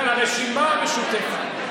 ובכן, הרשימה המשותפת.